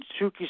Suki